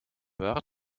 hört